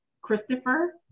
Christopher